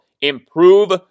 improve